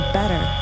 better